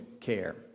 care